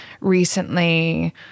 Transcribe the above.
recently